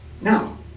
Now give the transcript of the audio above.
Now